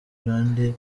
grande